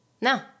No